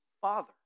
Father